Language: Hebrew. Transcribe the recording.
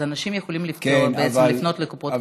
ואז אנשים יכולים בעצם לפנות לקופות החולים.